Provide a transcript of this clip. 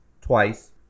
twice